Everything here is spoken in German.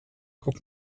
guck